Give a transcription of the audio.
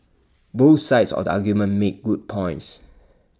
both sides of the argument make good points